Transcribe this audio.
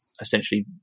essentially